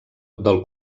del